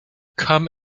come